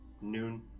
noon